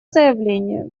заявление